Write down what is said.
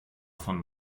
von